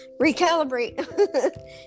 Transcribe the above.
recalibrate